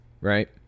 right